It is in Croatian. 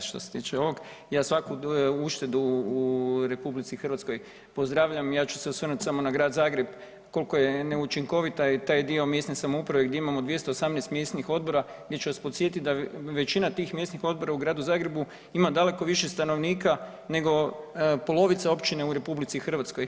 Što se tiče ovog, ja svaku uštedu u RH pozdravljam i ja ću se osvrnuti samo na Grad Zagreb koliko je neučinkovit taj dio mjesne samouprave gdje imamo 218 mjesnih odbora, ja ću vas podsjetiti da većina tih mjesnih odbora u Gradu Zagrebu ima daleko više stanovnika nego polovica općina u RH.